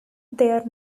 there